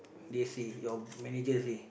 they see your manager see